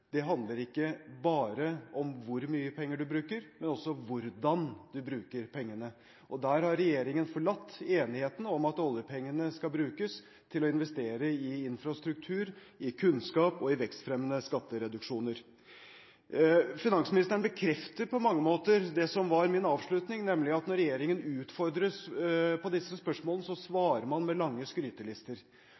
ikke bare handler om hvor mye penger man bruker, men også om hvordan man bruker pengene. Der har regjeringen forlatt enigheten om at oljepengene skal brukes til å investere i infrastruktur, i kunnskap og i vekstfremmende skattereduksjoner. Finansministeren bekrefter på mange måter det som var min avslutning, nemlig at når regjeringen utfordres på disse spørsmålene, svarer man med lange skrytelister.